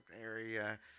area